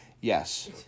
Yes